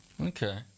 Okay